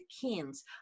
kings